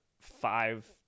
five